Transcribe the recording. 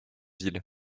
ville